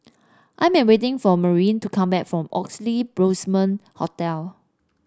I'm waiting for Maureen to come back from Oxley Blossom Hotel